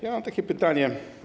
Ja mam takie pytanie.